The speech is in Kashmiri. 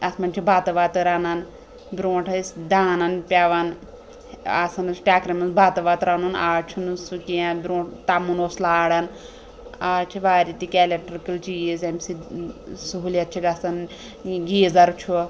اَتھ منٛز چھِ بَتہٕ وَتہٕ رَنان برٛونٛٹھ ٲسۍ دانن پیٚوان آسان ٲسۍ ٹیٚکرِ منٛز بَتہٕ وَتہٕ رَنُن آز چھُنہٕ سُہ کیٚنٛہہ برٛونٛٹھ تَمُن اوس لاران آز چھِ واریاہ تہِ کیٚنٛہہ ایٚلیٛکٹرٛکٕل چیٖز ییٚمہِ سۭتۍ سہوٗلِیت چھِ گژھان یہِ گیٖزَر چھُ